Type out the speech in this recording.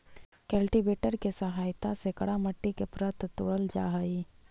cultivator के सहायता से कड़ा मट्टी के परत के तोड़ल जा हई